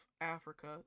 Africa